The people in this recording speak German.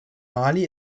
mali